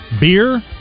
Beer